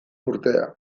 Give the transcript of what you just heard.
urtea